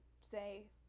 say